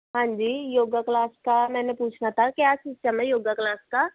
ਹਾਂਜੀ yoga class ਕਾ ਮੈਨੇ ਪੂਛਨਾ ਥਾ ਕਿਆ ਸਿਸਟਮ ਹੈ ਯੋਗਾ ਕਲਾਸ ਕਾ